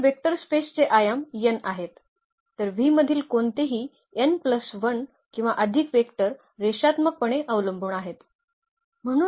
तर वेक्टर स्पेसचे आयाम n आहेत तर V मधील कोणतेही किंवा अधिक वेक्टर रेषात्मकपणे अवलंबून आहेत